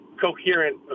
coherent